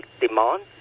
demand